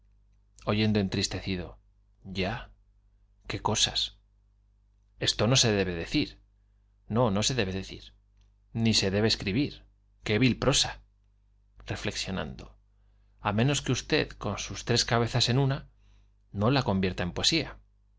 oyendo entristecido ya qué cosas esto no se debe decir no no se debe decir i ni se debe escribir i qué vil prosa reflexionando á menos que usted con sus tres cabezas en una no la convierta en poesía